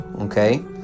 okay